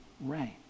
rain